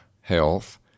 health